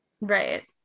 Right